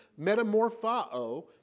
metamorpho